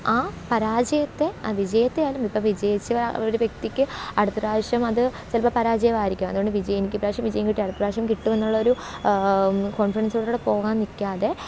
ആ പരാജയത്തെ ആ വിജയത്തെയാണേലും ഇപ്പം വിജയിച്ച ഒരു വ്യക്തിക്ക് അടുത്ത പ്രാവശ്യം അത് ചിലപ്പം പരാജയം ആയിരിക്കാം അത്കൊണ്ട് വിജ എനിക്ക് ഈ പ്രാവശ്യം വിജയം കിട്ടി അടുത്ത പ്രാവശ്യം കിട്ടുമെന്നുള്ള ഒരു കോണ്ഫിഡന്സോട് കൂടെ പോകാന് നിൽക്കാതെ